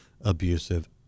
abusive